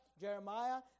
Jeremiah